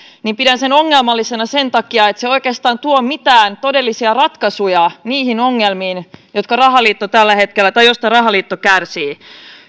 niin pidän sitä ongelmallisena sen takia että se ei oikeastaan tuo mitään todellisia ratkaisuja niihin ongelmiin joista rahaliitto tällä hetkellä kärsii